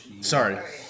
Sorry